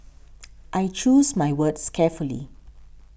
I choose my words carefully